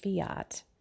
fiat